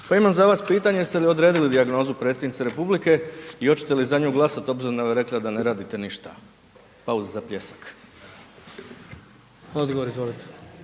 Pa imam za vas pitanje, jeste li odredili dijagnozu predsjednici RH i oćete li za nju glasat obzirom da vam je rekla da ne radite ništa? …/Govornik